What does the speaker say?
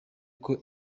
koko